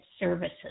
services